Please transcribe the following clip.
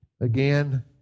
again